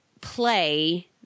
play